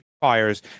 fires